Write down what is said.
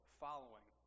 following